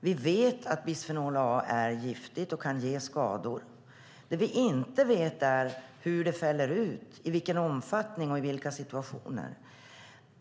Vi vet att bisfenol A är giftigt och kan ge skador. Det vi inte vet är hur det fäller ut, i vilken omfattning och i vilka situationer.